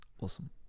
awesome